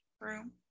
room